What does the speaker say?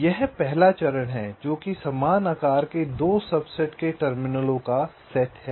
तो यह पहला चरण है जो कि समान आकार के 2 सबसेट में टर्मिनलों का सेट है